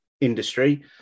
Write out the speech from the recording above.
industry